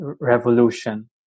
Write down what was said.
revolution